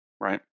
Right